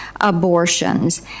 abortions